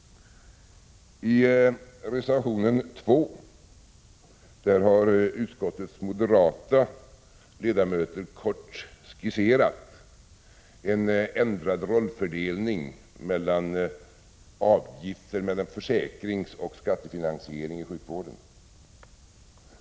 I reservation 2 har utskottets moderata ledamöter kort skisserat en ändrad rollfördelning mellan försäkringsoch skattefinansiering i sjukvården.